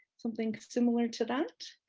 something similar to that.